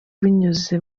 binyuze